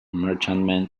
merchantmen